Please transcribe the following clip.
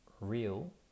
real